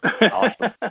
Awesome